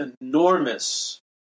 enormous